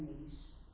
knees